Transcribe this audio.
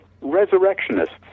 resurrectionists